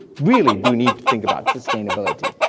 really do need to think about sustainability,